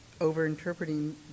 over-interpreting